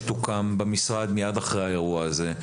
שתוקם במשרד מיד אחרי האירוע הזה,